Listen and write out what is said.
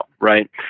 right